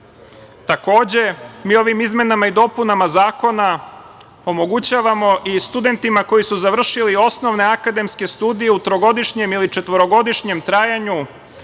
mi ovim izmenama i dopunama zakona omogućavamo i studentima koji su završili osnovne akademske studije u trogodišnjem ili četvorogodišnjem trajanju